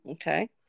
Okay